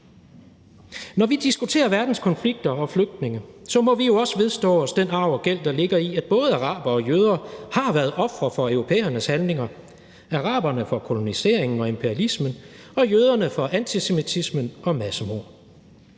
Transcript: Når vi diskuterer verdens konflikter og flygtninge, må vi jo også vedstå os den arv og gæld, der ligger i, at både arabere og jøder har været ofre for europæernes handlinger, araberne for koloniseringen og imperialismen og jøderne for antisemitismen og massemord.